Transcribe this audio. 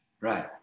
Right